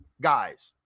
guys